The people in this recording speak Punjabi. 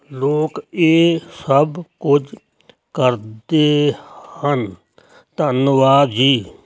ਲੋਕ ਇਹ ਸਭ ਕੁਝ ਕਰਦੇ ਹਨ ਧੰਨਵਾਦ ਜੀ